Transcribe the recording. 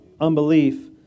unbelief